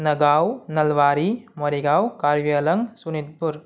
Nagaon Nalbari Morigaon Karbi Anglong Sonitpur